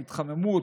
ההתחממות,